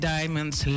Diamonds